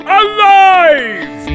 alive